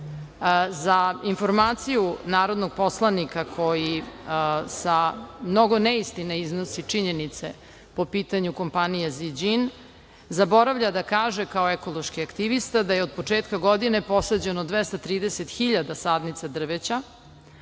za informaciju narodnog poslanika koji sa mnogo neistine iznosi činjenice po pitanju kompanije „Zijin“, zaboravlja da kaže kao ekološki aktivista da je od početka godine posađeno 230 hiljada sadnica drveća,